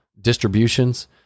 distributions